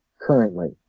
currently